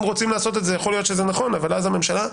אם רוצים לעשות את זה יכול להיות שזה נכון אבל אז הממשלה,